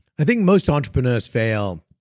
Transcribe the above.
i think most entrepreneurs fail,